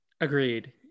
agreed